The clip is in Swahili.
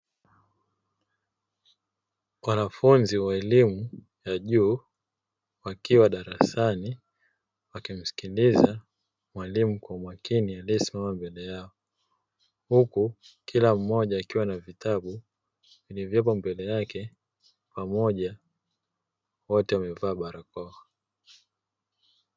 Kuna wanafunzi wa elimu ya juu ,wakiwa darasani wakimsikiliza mwalimu kwa umakini, aliyesimama mbele yao huku Kila mmoja akiwa na vitabu vilivyoko mbele yake pamoja wote wamevaa barakoa.